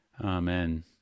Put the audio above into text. Amen